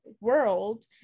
world